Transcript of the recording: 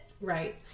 Right